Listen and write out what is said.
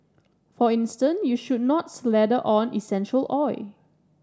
for instance you should not slather on essential oil